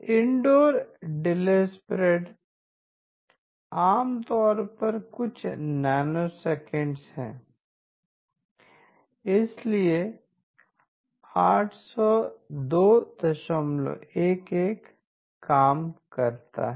indoor delay spread आम तौर पर कुछ नैनोसेकंड है इसलिए 80211 काम करता है